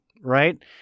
right